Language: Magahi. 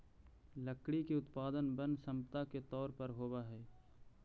लकड़ी के उत्पादन वन सम्पदा के तौर पर होवऽ हई